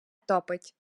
топить